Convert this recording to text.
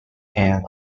end